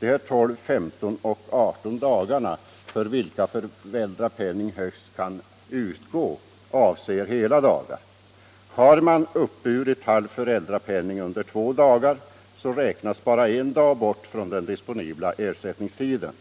De 12, 15 och 18 dagarna för vilka föräldrapenning högst kan utgå avser hela dagar. Har man uppburit halv föräldrapenning under två dagar räknas bara en dag bort från den disponibla ersättningstiden.